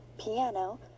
piano